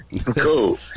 Cool